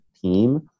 team